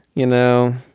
you know,